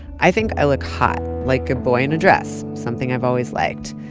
i think i look hot like a boy in a dress, something i've always liked.